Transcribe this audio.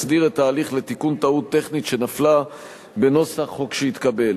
מסדיר את ההליך לתיקון טעות טכנית שנפלה בנוסח חוק שהתקבל.